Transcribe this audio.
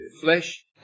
flesh